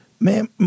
Ma'am